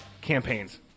campaigns